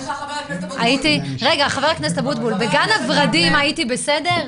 רגע, חבר הכנסת אבוטבול, בגן הוורדים הייתי בסדר?